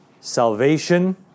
Salvation